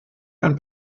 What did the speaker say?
ein